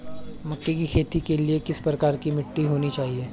मक्के की खेती के लिए किस प्रकार की मिट्टी होनी चाहिए?